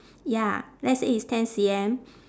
ya let's say it's ten C_M